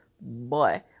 boy